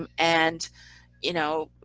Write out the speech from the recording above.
um and you know,